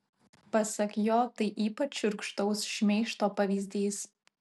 pasak jo tai ypač šiurkštaus šmeižto pavyzdys